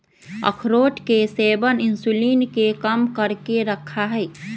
अखरोट के सेवन इंसुलिन के कम करके रखा हई